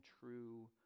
true